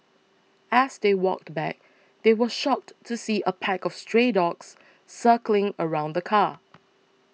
as they walked back they were shocked to see a pack of stray dogs circling around the car